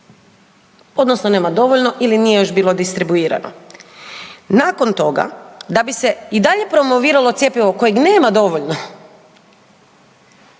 odnosno nema dovoljno ili nije još bilo distribuirano. Nakon toga, da bi se i dalje promoviralo cjepivo kojeg nema dovoljno,